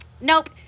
nope